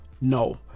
No